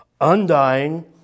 undying